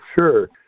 sure